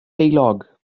heulog